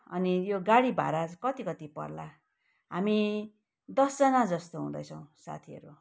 अनि यो गाडी भाडा चाहिँ कति कति पर्ला हामी दसजना जस्तो हुँदैछौँ साथीहरू